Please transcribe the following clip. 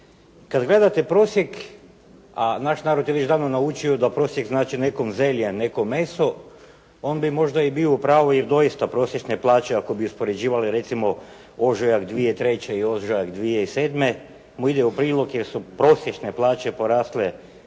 Kad gledate prosjek, a naš narod je već davno naučio da prosjek znači nekom zelje, a nekom meso, on bi možda i bio u pravu jer doista prosječne plaće ako bi uspoređivali recimo ožujak 2003. i ožujak 2007. mu ide u prilog jer su prosječne plaće porasle